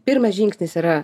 pirmas žingsnis yra